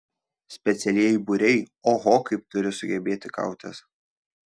specialieji būriai oho kaip turi sugebėti kautis